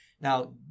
Now